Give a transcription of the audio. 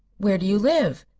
where do you live?